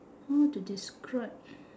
how to describe